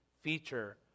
feature